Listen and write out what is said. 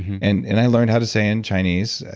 and and i learned how to say in chinese,